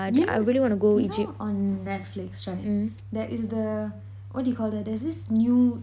do you know you know on netflix right there is the what do you call that there is this new